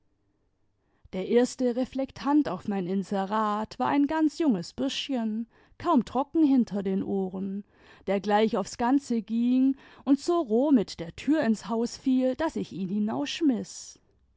der erste reflektant auf mein inserat war ein ganz junges bürschchen kaum trocken hinter den ohren der gleich aufs ganze ging und so roh mit der tür ins haus fiel daß ich ihn